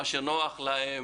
מה שנוח להם,